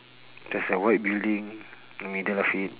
there's a white building the middle of it